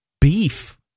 beef